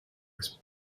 was